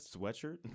sweatshirt